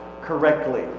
correctly